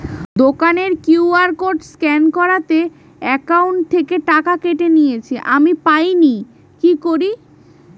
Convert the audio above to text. দোকানের QR code scan করাতে account থেকে টাকা কেটে নিয়েছে, আমি পাইনি কি করি?